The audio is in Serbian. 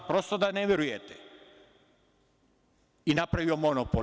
Prosto da ne verujete i napravio monopol.